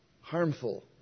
Harmful